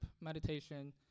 meditation